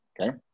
okay